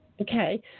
Okay